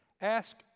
ask